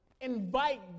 invite